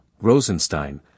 Rosenstein